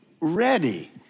ready